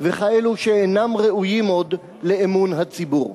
וכאלו שאינם ראויים עוד לאמון הציבור.